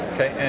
Okay